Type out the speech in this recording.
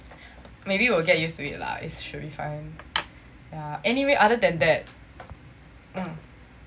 maybe will get used to it lah it should be fine anyway other than that